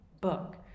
book